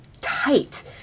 tight